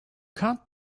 can’t